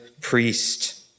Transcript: priest